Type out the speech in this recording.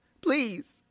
please